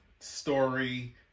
story